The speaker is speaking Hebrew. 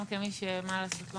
גם כמי שמה לעשות,